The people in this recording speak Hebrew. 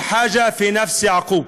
(אומר בערבית: לצורך בנפש יעקב.)